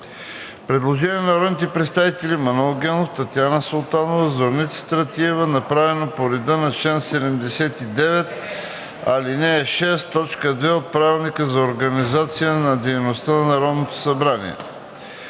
Предложение на народните представители Манол Генов, Татяна Султанова, Зорница Стратиева, направено по реда на чл. 79, ал. 6, т. 2 от Правилника за организацията и дейността на Народното събрание.